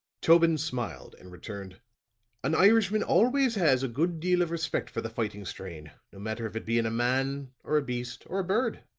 tobin smiled and returned an irishman always has a good deal of respect for the fighting strain, no matter if it be in a man, or a beast, or a bird.